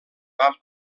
van